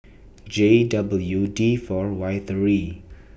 J W D four Y three